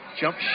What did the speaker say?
Jump